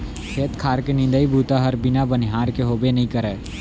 खेत खार के निंदई बूता हर बिना बनिहार के होबे नइ करय